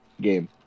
game